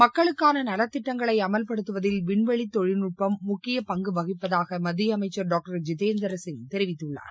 மக்களுக்கான நலத்திட்டங்களை அமல்படுத்துவதில் விண்வெளி தொழில்நுட்பம்முக்கிய பங்கு வகிப்பதாக மத்திய அமைச்சர் டாக்டர் ஜித்தேந்திர சிங் தெரிவித்துள்ளார்